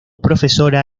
profesora